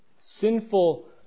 sinful